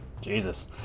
Jesus